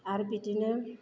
आरो बिदिनो